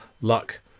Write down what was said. luck